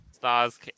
Stars